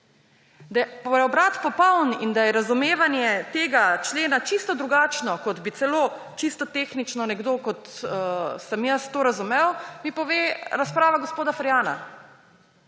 Da je preobrat popoln in da je razumevanje tega člena čisto drugačno, kot bi celo čisto tehnično nekdo, kot sem jaz, to razumel, mi pove razprava gospoda Ferjana.